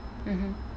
mmhmm